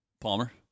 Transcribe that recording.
Palmer